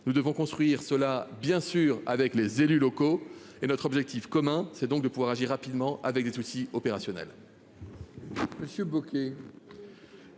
Nous devons construire cela bien sûr avec les élus locaux et notre objectif commun, c'est donc de pouvoir agir rapidement avec des soucis opérationnel.